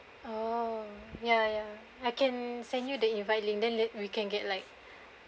oh ya ya I can(um) send you the invite link then la~ we can get like